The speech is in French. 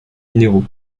minéraux